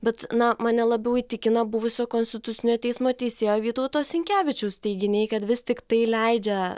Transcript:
bet na mane labiau įtikina buvusio konstitucinio teismo teisėjo vytauto sinkevičiaus teiginiai kad vis tiktai leidžia